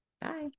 Bye